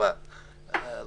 באירופה שבהן